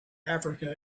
africa